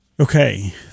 Okay